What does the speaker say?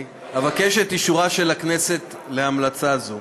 אבקש את אישורה של הכנסת להמלצה זו.